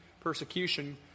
persecution